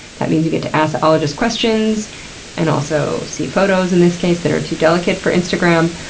that means you get to ask the ologists questions and also see photos in this case that are too delicate for instagram.